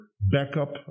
backup